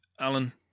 Alan